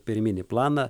pirminį planą